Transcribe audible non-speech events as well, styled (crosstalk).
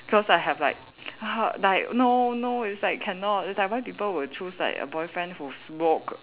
cause I have like (noise) like no no it's like cannot it's like why people would choose a boyfriend who smoke